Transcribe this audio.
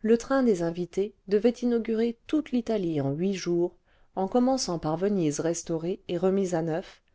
le train des invités devait inaugurer toute l'italie en huit jours en commençant par venise restaurée et remise à neuf